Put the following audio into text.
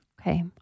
Okay